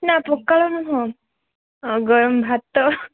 ନାଁ ପଖାଳ ନୁହେଁ ଗରମ ଭାତ